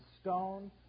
stone